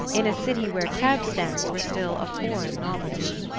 in a city where cab-stands were still a foreign novelty.